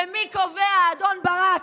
ומי קובע, אדון ברק,